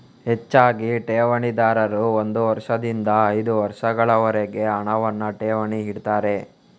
ಹೆಚ್ಚಾಗಿ ಠೇವಣಿದಾರರು ಒಂದು ವರ್ಷದಿಂದ ಐದು ವರ್ಷಗಳವರೆಗೆ ಹಣವನ್ನ ಠೇವಣಿ ಇಡ್ತಾರೆ